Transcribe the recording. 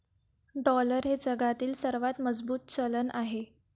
dollar हे जगातील सर्वात मजबूत चलन आहे